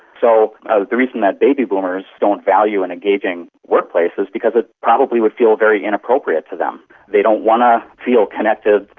so the reason that baby boomers don't value an engaging workplace is because it probably would feel very inappropriate to them. they don't want to feel connected,